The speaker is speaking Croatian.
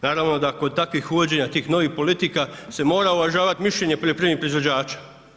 Naravno da kod takvih uvođenja tih novih politika se mora uvažavat mišljenje poljoprivrednih proizvođača.